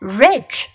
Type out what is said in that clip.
rich